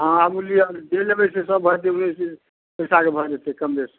हँ आबू लिअ जे लेबै से सब भऽ जेतै उन्नैस बीस पैसा के भऽ जेतै कमबेस